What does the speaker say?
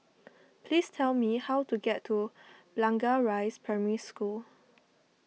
please tell me how to get to Blangah Rise Primary School